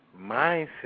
mindset